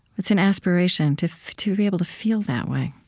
it's an aspiration, to to be able to feel that way,